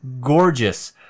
gorgeous